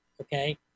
okay